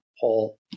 Paul